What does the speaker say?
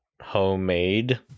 homemade